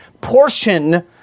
portion